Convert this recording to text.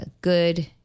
good